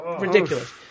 ridiculous